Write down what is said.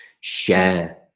share